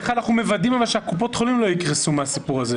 אבל איך אנחנו מוודאים שקופות החולים לא יקרסו מהסיפור הזה?